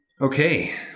Okay